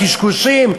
קשקושים?